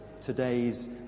today's